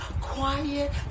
quiet